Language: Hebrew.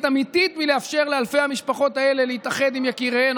אמיתית לאפשר לאלפי המשפחות האלה להתאחד עם יקיריהן?